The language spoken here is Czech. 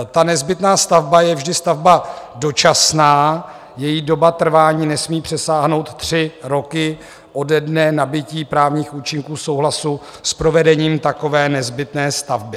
Ta nezbytná stavba je vždy stavba dočasná, její doba trvání nesmí přesáhnout tři roky ode dne nabytí právních účinků souhlasu s provedením takové nezbytné stavby.